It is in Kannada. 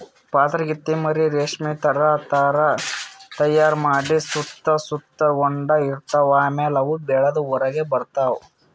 ಪಾತರಗಿತ್ತಿ ಮರಿ ರೇಶ್ಮಿ ಥರಾ ಧಾರಾ ತೈಯಾರ್ ಮಾಡಿ ಸುತ್ತ ಸುತಗೊಂಡ ಇರ್ತವ್ ಆಮ್ಯಾಲ ಅವು ಬೆಳದ್ ಹೊರಗ್ ಬರ್ತವ್